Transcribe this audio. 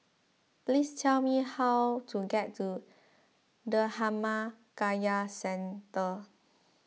please tell me how to get to Dhammakaya Centre